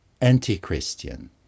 anti-Christian